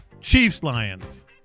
Chiefs-Lions